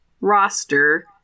roster